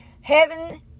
Heaven